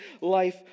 life